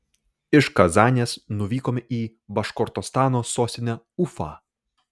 iš kazanės nuvykome į baškortostano sostinę ufą